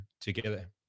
together